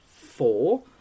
four